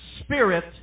spirit